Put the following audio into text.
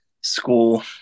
school